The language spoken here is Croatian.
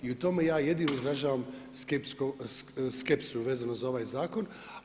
I u tome ja jedino izražavam skepsu vezano za ovaj zakon.